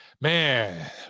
man